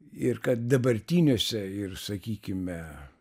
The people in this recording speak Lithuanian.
ir kad dabartiniuose ir sakykime